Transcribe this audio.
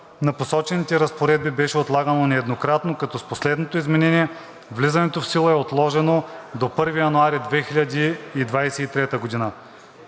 на посочените разпоредби беше отлагано неколкократно, като с последното изменение влизането в сила е отложено до 1 януари 2023 г.